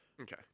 Okay